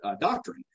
doctrine